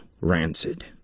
rancid